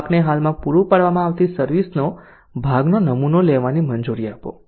ગ્રાહકને હાલમાં પૂરી પાડવામાં આવતી સર્વિસ ના ભાગનો નમૂનો લેવાની મંજૂરી આપો